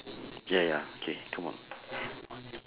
ya ya K come on